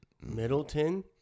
Middleton